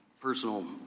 personal